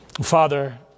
Father